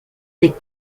des